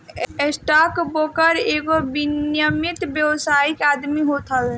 stock broker एगो विनियमित व्यावसायिक आदमी होत हवे